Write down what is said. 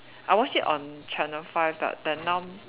I watch it on channel five but then now